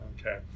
okay